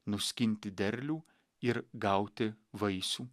nuskinti derlių ir gauti vaisių